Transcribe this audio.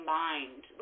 mind